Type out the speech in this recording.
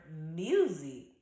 music